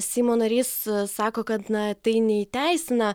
seimo narys sako kad na tai neįteisina